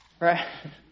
Right